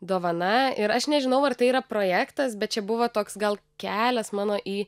dovana ir aš nežinau ar tai yra projektas bet čia buvo toks gal kelias mano į